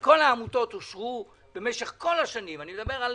כל העמותות אושרו במשך כל השנים, ואני מדבר על